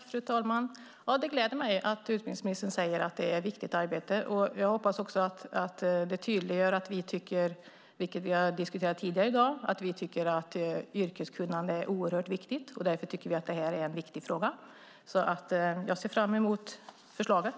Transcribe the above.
Fru talman! Det gläder mig att utbildningsministern säger att det är ett viktigt arbete. Jag hoppas också att det tydliggör att vi tycker, vilket vi har diskuterat tidigare i dag, att yrkeskunnande är oerhört viktigt. Därför tycker vi att det här är en viktig fråga. Jag ser fram emot förslaget.